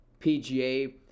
PGA